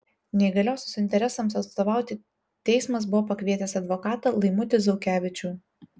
neįgaliosios interesams atstovauti teismas buvo pakvietęs advokatą laimutį zaukevičių